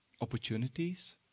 opportunities